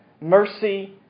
mercy